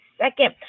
second